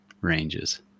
ranges